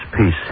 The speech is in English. peace